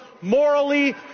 morally